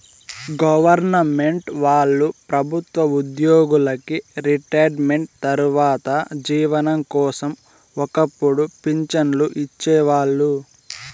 government వాళ్ళు ప్రభుత్వ ఉద్యోగులకి రిటైర్మెంటు తర్వాత జీవనం కోసం ఒక్కపుడు పింఛన్లు ఇచ్చేవాళ్ళు